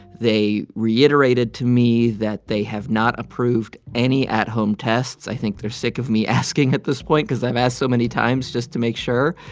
they reiterated to me that they have not approved any at-home tests. i think they're sick of me asking at this point because i've asked so many times just to make sure.